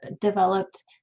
developed